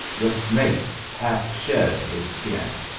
the snake hath shed his skin.